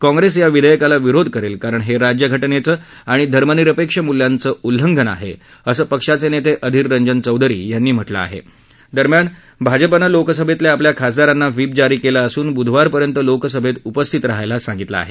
काँप्रस्तीया विधयक्राला विरोध करत्त्वकारण हजिज्य घटनआणि धर्मनिरपक्षमूल्यांचं उल्लंघन आह क्रिसं पक्षाचनेतअधिर रजन चौधरी यांनी म्हटलं आह करम्यान भाजपानव्वीकसभतक्या आपल्या खासदारांना व्हिप जारी क्ली असून बुधवारपर्यंत लोकसभक्तउपस्थित रहायला सांगितलं आह